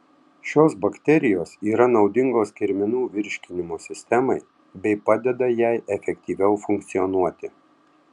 šios bakterijos yra naudingos kirminų virškinimo sistemai bei padeda jai efektyviau funkcionuoti